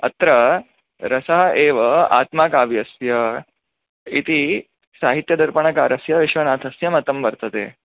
अत्र रसः एव आत्मा काव्यस्य इति साहित्यदर्पणकारस्य विश्वनाथस्य मतं वर्तते